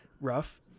rough